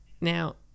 Now